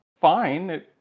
fine